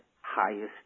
highest